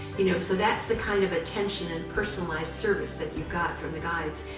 you know, so that's the kind of attention and personalize service that you got from the guides.